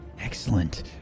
Excellent